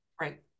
Right